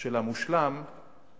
של המושלם --- של הטוב זה המושלם.